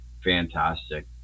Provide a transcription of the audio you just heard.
fantastic